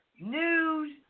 News